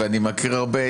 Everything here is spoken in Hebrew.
ואני מכיר הרבה,